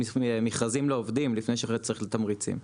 שמכרזים לא עובדים לפני שרצים לתת תמריצים.